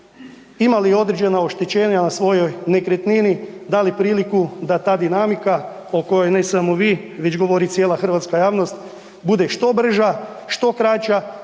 imali određena oštećenja na svojoj nekretnini dali priliku da ta dinamika o kojoj ne samo vi, već govori cijela hrvatska javnost bude što brža, što kraća